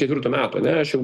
ketvirtų metų ane aš jau